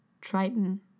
Triton